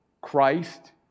Christ